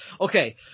Okay